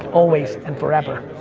always and forever.